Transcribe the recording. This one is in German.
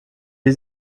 wie